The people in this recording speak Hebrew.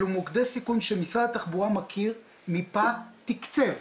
אלה מוקדי סיכון שמשרד התחבורה מכיר, מיפה ותקצב.